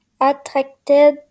attracted